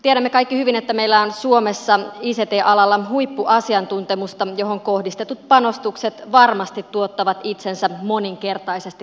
tiedämme kaikki hyvin että meillä on suomessa ict alalla huippuasiantuntemusta johon kohdistetut panostukset varmasti tuottavat itsensä moninkertaisesti takaisin